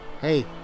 hey